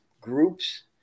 groups